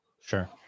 Sure